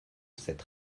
cette